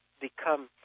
become